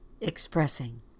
expressing